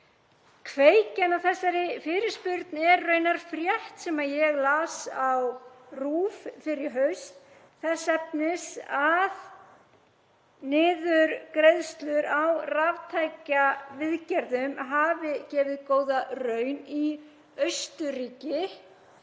Kveikjan að þessari fyrirspurn er raunar frétt sem ég las á RÚV fyrr í haust þess efnis að niðurgreiðslur á raftækjaviðgerðum hafi gefið góða raun í Austurríki